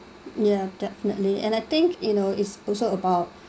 ya definitely and I think you know it's also about